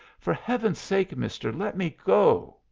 for heaven's sake, mister, let me go!